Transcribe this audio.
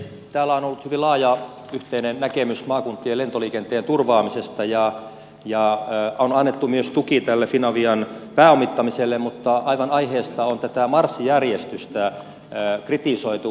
täällä on ollut hyvin laaja yhteinen näkemys maakuntien lentoliikenteen turvaamisesta ja on annettu myös tuki tälle finavian pääomittamiselle mutta aivan aiheesta on tätä marssijärjestystä kritisoitu